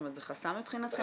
זה חסם מבחינתכם?